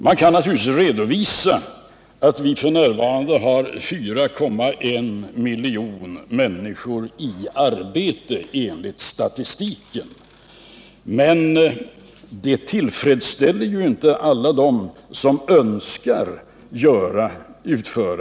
Man kan naturligtvis redovisa Nr 56 att vi f.n. har 4,1 miljoner människor i arbete enligt statistiken, men det Fredagen den tillfredsställer inte alla dem som önskar utföra ett arbete och inte får något.